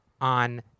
on